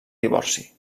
divorci